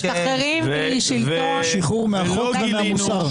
שחרור מהחוק ומהמוסר.